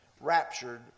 raptured